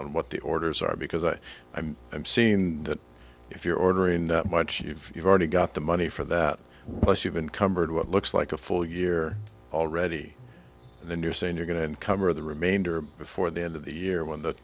on what the orders are because i i'm i'm seen that if you're ordering that much you've you've already got the money for that plus you've uncovered what looks like a full year already and then you're saying you're going to encumber the remainder before the end of the year when the